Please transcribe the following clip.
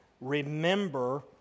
remember